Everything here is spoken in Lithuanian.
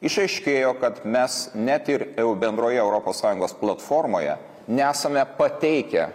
išaiškėjo kad mes net ir bendroje europos sąjungos platformoje nesame pateikę